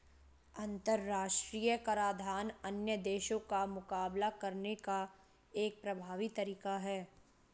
अंतर्राष्ट्रीय कराधान अन्य देशों का मुकाबला करने का एक प्रभावी तरीका है